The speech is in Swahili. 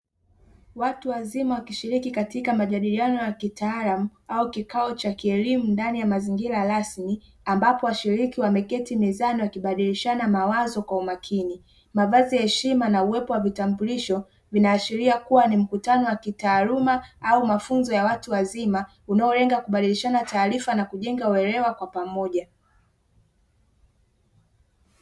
Watu wazima wakishiriki katika majadiliano ya kitaalamu au kikao cha kielimu ndani ya mazingira rasmi, ambapo washiriki wameketi mezani wakibadilishana mawazo kwa umakini. Mavazi ya heshima na uwepo wa vitambulisho vinaashiria kuwa ni mkutano wa kitaaluma au mafunzo ya watu wazima unaolenga kubadilishana taarifa na kujenga uelewa kwa pamoja.